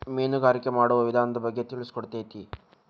ಮೇನುಗಾರಿಕೆ ಮಾಡುವ ವಿಧಾನದ ಬಗ್ಗೆ ತಿಳಿಸಿಕೊಡತತಿ